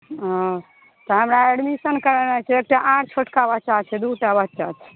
ओ तऽ हमरा एडमिशन करेनाइ छै एकटा आओर छोटका बच्चा छै दू टा बच्चा छै